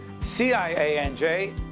CIANJ